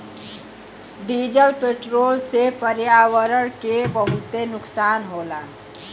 diesel petrol से पर्यावरण के बहुते नुकसान होला